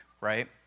right